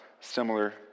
similar